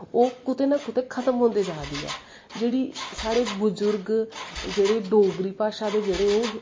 ओह् कुते ना कुते खत्म होंदी जा दी ऐ जेह्ड़े साढ़े बजुर्ग जेह्ड़े साढ़े ओह् हे